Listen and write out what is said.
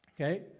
Okay